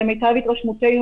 למיטב התרשמותנו,